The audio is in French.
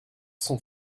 son